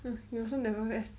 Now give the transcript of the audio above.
mm you also never rest